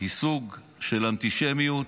סוג של אנטישמיות.